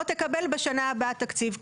לא תקבל בשנה הבאה תקציב.